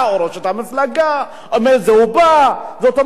זאת אומרת,